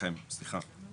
לא, ההצעה היא שלכם, סליחה.